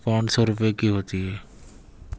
پانچ سو روپئے کی ہوتی ہے